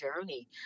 journey